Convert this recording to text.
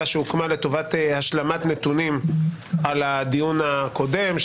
שהוקמה לטובת השלמת נתונים על הדיון הקודם,